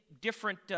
different